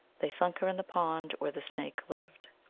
they sunk her in the pond where the snake lived.